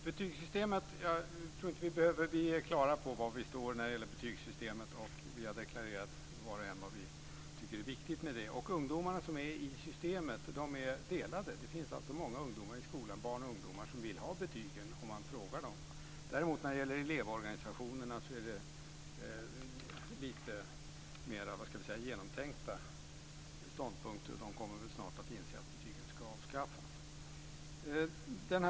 Fru talman! Jag tror att vi är klara över var vi står beträffande betygssystemet. Var och en har vi deklarerat vad vi tycker är viktigt med det. Ungdomarna i systemet är delade. Det är många barn och ungdomar i skolan som, om man frågar dem om detta, säger att de vill ha betygen. När det däremot gäller elevorganisationerna är det lite mer genomtänkta ståndpunkter. De kommer väl snart att inse att betygen ska avskaffas.